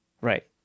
Right